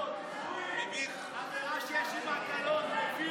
איפה יש לנו מח"ש?